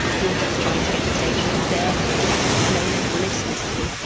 you're just trying to get attention and therefore no one will listen to you.